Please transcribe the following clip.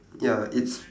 ya it's